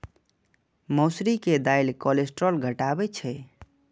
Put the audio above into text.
मौसरी के दालि कोलेस्ट्रॉल घटाबै छै